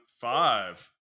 five